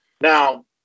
now